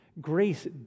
Grace